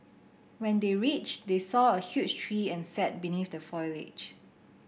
when they reached they saw a huge tree and sat beneath the foliage